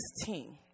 team